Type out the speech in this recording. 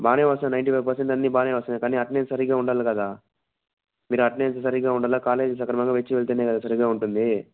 బాగానే వస్తన్నయి ninety five percent అన్నీ బాగానే వస్తన్నయి కానీ అటెండెన్స్ సరిగ్గా ఉండాలి కదా మీరు అటెండెన్స్ సరిగ్గా ఉండాలి కాలేజ్కి సక్రమంగ వచ్చి వెళ్తేనే కదా సరిగా ఉంటుందీ